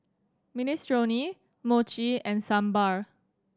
Minestrone Mochi and Sambar